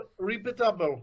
repeatable